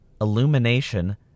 Illumination